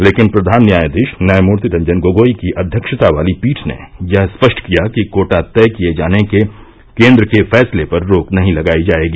लेकिन प्रधान न्यायाधीश न्यायमूर्ति रंजन गगोई की अध्यक्षता वाली पीठ ने यह स्पष्ट किया कि कोटा तय किए जाने के केन्द्र के फैसले पर रोक नहीं लगाई जाएगी